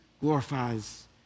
glorifies